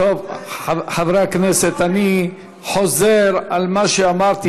חברי הכנסת, אני חוזר על מה שאמרתי.